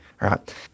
right